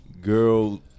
girl